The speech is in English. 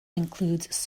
includes